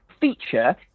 feature